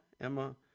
Emma